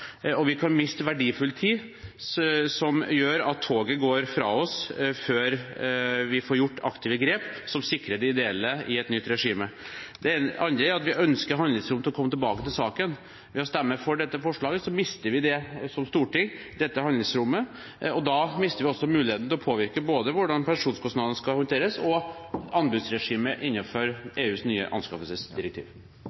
og vi kan miste verdifull tid som gjør at toget går fra oss før vi får tatt aktive grep som sikrer de ideelle i et nytt regime. Det andre er at vi ønsker handlingsrom til å komme tilbake til saken. Ved å stemme for dette forslaget, mister vi som storting dette handlingsrommet. Da mister vi også muligheten til å påvirke hvordan både pensjonskostnadene og anbudsregimet skal håndteres